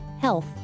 Health